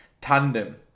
tandem